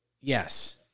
Yes